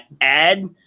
add